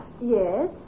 Yes